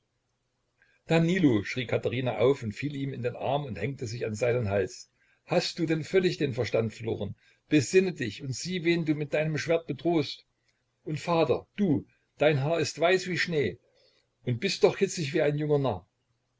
danilo schrie katherina auf und fiel ihm in den arm und hängte sich an seinen hals hast du denn völlig den verstand verloren besinne dich und sieh wen du mit deinem schwert bedrohst und vater du dein haar ist weiß wie schnee und bist doch hitzig wie ein junger narr